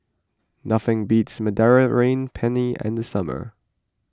nothing beats Mediterranean Penne in the summer